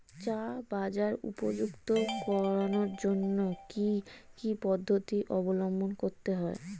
চা বাজার উপযুক্ত করানোর জন্য কি কি পদ্ধতি অবলম্বন করতে হয়?